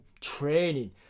training